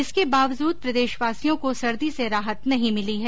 इसके बावजूद प्रदेशवासियों को सर्दी से राहत नहीं मिली है